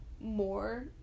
more